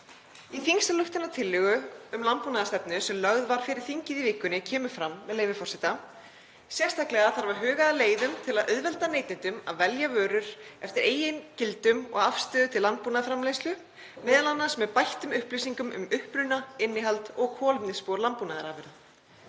Í þingsályktunartillögu um landbúnaðarstefnu sem lögð var fyrir þingið í vikunni kemur fram, með leyfi forseta: „Sérstaklega verði hugað að leiðum til að auðvelda neytendum að velja vörur eftir eigin gildum og afstöðu til landbúnaðarframleiðslu, m.a. með bættum upplýsingum um uppruna, innihald og kolefnisspor landbúnaðarafurða.“